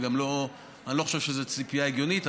וגם אני לא חושב שזו ציפייה הגיונית,